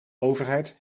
overheid